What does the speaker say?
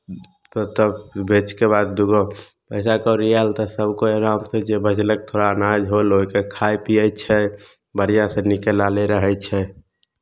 तब बेचि कऽ बाद दू गो पैसा कौड़ी आयल तऽ सभ कोइ आरामसँ जे बचलक थोड़ा अनाज होल ओहिके खाइ पियै छै बढ़िआँसँ नीके ना लेल रहै छै